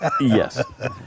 Yes